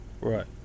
Right